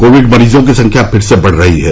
Covid मरीजों की संख्या फिर से बढ़ रही है